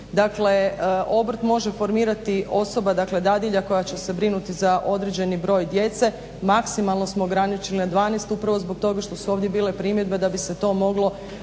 Dakle obrt može formirati osoba dakle dadilja koja će se brinuti za određeni broj djece, maksimalno smo ograničili na 12 upravo zbog toga što su ovdje bile primjedbe da bi se to moglo